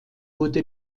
wurde